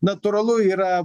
natūralu yra